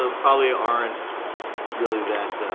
ah probably aren't really that